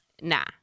Nah